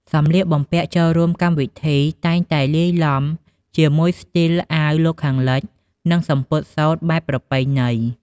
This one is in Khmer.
សម្លៀកបំពាក់់ចូលរួមកម្មវិធីតែងតែលាយឡំជាមួយស្ទីលអាវលោកខាងលិច និងសំពត់សូត្របែបប្រពៃណី។